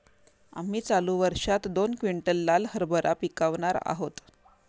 आम्ही चालू वर्षात दोन क्विंटल लाल हरभरा पिकावणार आहोत